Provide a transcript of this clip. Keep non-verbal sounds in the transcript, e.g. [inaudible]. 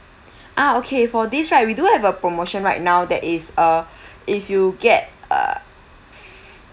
ah okay for this right we do have a promotion right now that is uh [breath] if you get [noise]